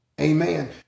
Amen